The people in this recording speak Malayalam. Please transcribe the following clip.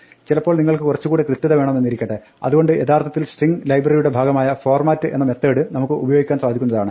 ചിലപ്പോൾ നിങ്ങൾക്ക് കുറച്ചുകൂടി കൃത്യത വേണമെന്നിരിക്കട്ടെ അതുകൊണ്ട് യഥാർത്ഥത്തിൽ സ്ട്രിങ്ങ് ലൈബ്രറിയുടെ ഭാഗമായ format എന്ന മെത്തേഡ് നമുക്ക് ഉപയോഗിക്കുവാൻ സാധിക്കുന്നതാണ്